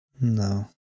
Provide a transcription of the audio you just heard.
No